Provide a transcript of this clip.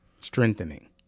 Strengthening